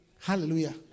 Hallelujah